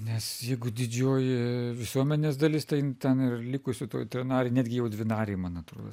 nes jeigu didžioji visuomenės dalis ten ten ir likusi toj trinarėj netgi jau dvinarėj man atrodo